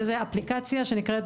אפליקציה שנקראת